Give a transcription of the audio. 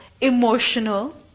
emotional